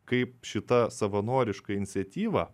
kaip šita savanoriška iniciatyva